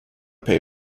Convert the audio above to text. pay